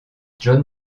john